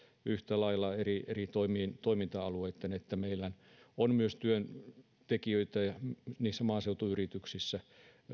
yhtä lailla eri eri toiminta alueilla niin että meillä on työntekijöitä myös maaseutuyrityksissä